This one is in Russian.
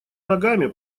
ногами